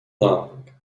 long